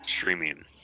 streaming